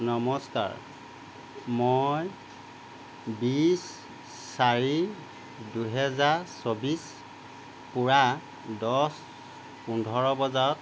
নমস্কাৰ মই বিছ চাৰি দুহেজাৰ চৌব্বিছ পুৱা দহ পোন্ধৰ বজাত